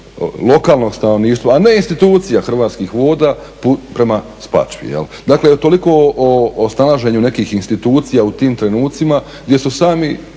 lokalnog stanovništva a ne institucija Hrvatskih voda prema Spačvi. Dakle, toliko o snalaženju nekih institucija u tim trenutcima gdje su sami